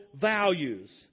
values